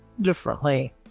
differently